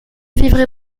vivrai